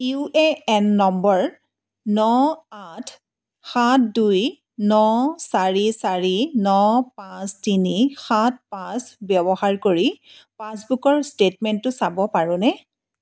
U A N নম্বৰ ন আঠ সাত দুই ন চাৰি চাৰি ন পাঁচ তিনি সাত পাঁচ ব্যৱহাৰ কৰি পাছবুকৰ ষ্টে'টমেণ্টটো চাব পাৰোঁনে